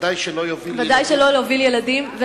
ודאי שלא להוביל ילדים.